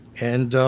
and